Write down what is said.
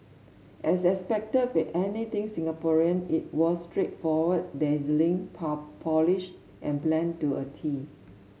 as expected with anything Singaporean it was straightforward dazzling polished and planned to a tee